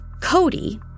Cody